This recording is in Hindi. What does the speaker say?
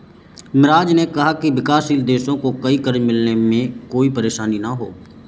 मिराज ने कहा कि विकासशील देशों को कर्ज मिलने में कोई परेशानी न हो